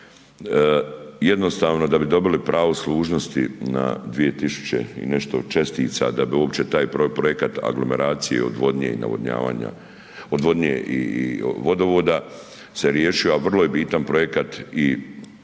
jednostavno da bi dobili pravo služnosti na 2000 i nešto čestica, da bi uopće taj projekat aglomeracije, odvodnje i navodnjavanja, odvodnje i vodovoda se riješio, a vrlo je bitan projekat i